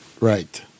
right